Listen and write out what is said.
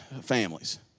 families